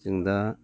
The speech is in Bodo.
जों दा